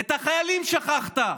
את החיילים שכחת.